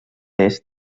est